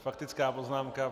Faktická poznámka.